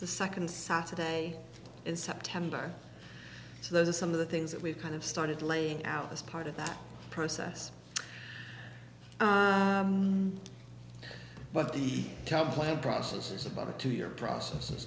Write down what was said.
the second saturday in september so those are some of the things that we've kind of started laying out as part of that process but the template process is about a two year process a